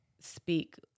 speak